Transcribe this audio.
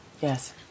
Yes